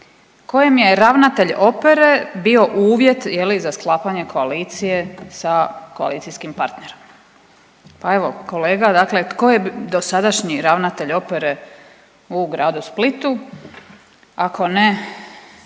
kojem je ravnatelj opere bio uvjet je li za sklapanje koalicije sa koalicijskim partnerom. Pa evo kolega dakle tko je dosadašnji ravnatelj opere u gradu Splitu ako ne